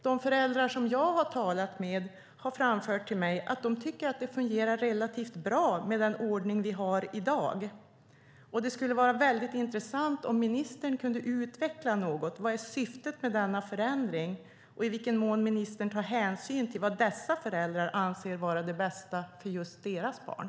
De föräldrar som jag har talat med har framfört till mig att de tycker att det fungerar relativt bra med den ordning vi har i dag. Det skulle vara väldigt intressant om ministern kunde utveckla vilket syftet är med denna förändring. I vilken mån tar ministern hänsyn till vad dessa föräldrar anser vara det bästa för just deras barn?